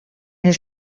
les